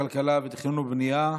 הכלכלה ותכנון ובנייה.